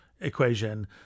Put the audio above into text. equation